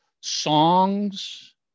songs